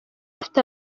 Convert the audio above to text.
afite